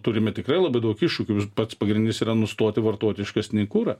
turime tikrai labai daug iššūkių pats pagrindinis yra nustoti vartoti iškastinį kurą